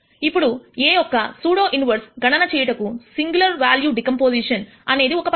ఇప్పుడు a యొక్క pseudo inverse గణన చేయుటకు సింగులర్ వేల్యూ డెకంపోసిషన్ అనేది ఒక పద్ధతి